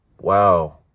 Wow